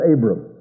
Abram